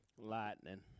lightning